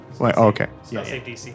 Okay